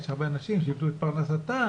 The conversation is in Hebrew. יש הרבה אנשים שאיבדו את פרנסתם,